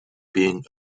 being